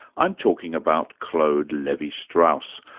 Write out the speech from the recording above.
i'm talking about claude levi-strauss,